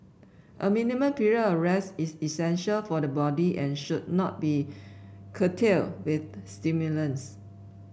a minimum period of rest is essential for the body and should not be curtailed with stimulants